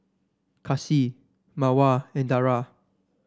Kasih Mawar and Dara